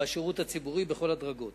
בשירות הציבורי בכל הדרגות.